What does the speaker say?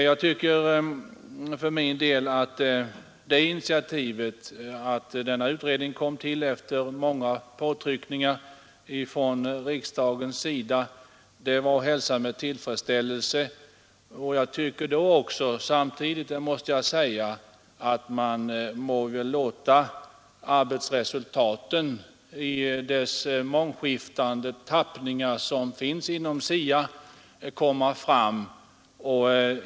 Jag tycker, det måste jag säga, att man måste avvakta de resultat som SIA nu har aviserat.